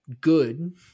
good